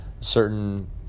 certain